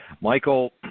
Michael